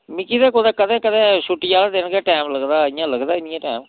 मिकी ते कुतै कदें कदें छुट्टी आह्ले दिन गै टाइम लगदा इ'यां लगदा निं ऐं टाइम